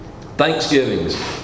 Thanksgivings